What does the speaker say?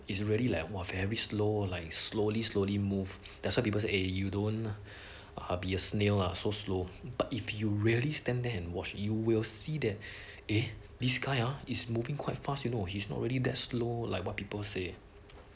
is really like !wah! very slow like slowly slowly move that's why people say you don't uh be a snail ah so slow but if you really stand there and watch you will see that eh this guy ah is moving quite fast you know he's not really that slow like what people say